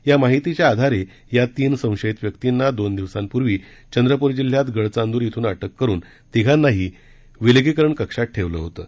या माहितीच्या आधारे या तीन संशयित व्यक्तींना दोन दिवसांपूर्वी चंद्रपूर जिल्ह्यातल्या गडचांदूर इथून अटक करून तिघांनाही विलगीकरण कक्षात ठेवलं होतं